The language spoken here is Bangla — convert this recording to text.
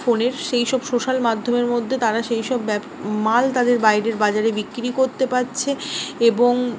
ফোনের সেইসব সোশ্যাল মাধ্যমের মধ্যে তারা সেই সব মাল তাদের বাইরের বাজারে বিক্রি করতে পারছে এবং